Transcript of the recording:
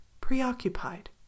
preoccupied